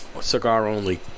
cigar-only